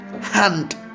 hand